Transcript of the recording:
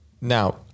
Now